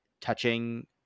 touching